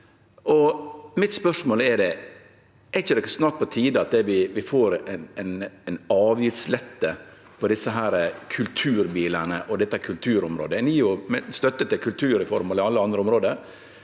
Er det ikkje snart på tide at vi får ein avgiftslette på desse kulturbilane og på dette kulturområdet? Ein gjev støtte til kulturformål på alle andre område.